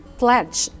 pledge